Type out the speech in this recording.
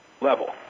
level